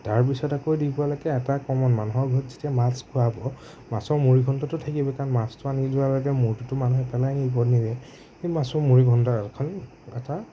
তাৰপিছত আকৌ দিব লাগে এটা কমন মানুহৰ ঘৰত যেতিয়া মাছ খোৱাব মাছৰ মুড়ি ঘন্টটো থাকিবই কাৰণ মাছটো আনি যোৱাৰ লগে লগে মূৰটোতো মানুহে পেলাই নিব নিয়ে সেই মাছৰ মুড়ি ঘন্ট এখন এটা